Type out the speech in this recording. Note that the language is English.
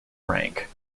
rank